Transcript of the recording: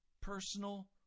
personal